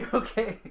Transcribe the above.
okay